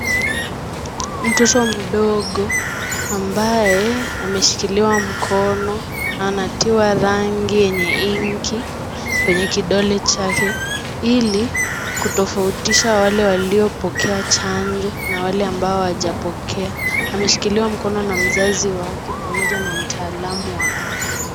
Mtoto mdogo ambaye ameshikiliwa mkono, anatoa rangi yenye inki kwenye kidole chake, ili kutoufautisha wale waliopokea chanjo na wale ambao hawajapokea ameshikiliwa mkono na mzazi wake pamoja na mtaalamu wa afya.